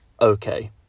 okay